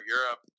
Europe